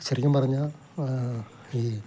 ശരിക്കും പറഞ്ഞാൽ ഈ